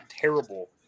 terrible